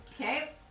Okay